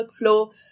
workflow